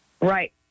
Right